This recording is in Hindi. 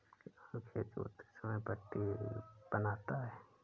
किसान खेत जोतते समय पट्टी बनाता है